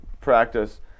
practice